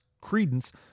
credence